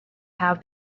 have